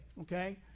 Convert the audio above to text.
okay